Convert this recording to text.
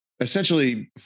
essentially